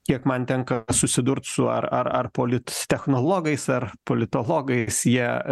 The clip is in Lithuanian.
kiek man tenka susidurt su ar ar ar polit technologais ar politologais jie